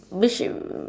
which mm